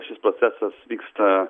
šis procesas vyksta